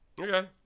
Okay